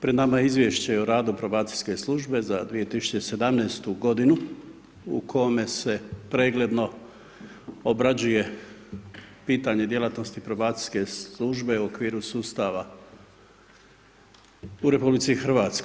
Pred nama je Izvješće o radu probacijske službe za 2017. godinu u kome se pregledno obrađuje pitanje djelatnosti probacijske službe u okviru sustava u RH.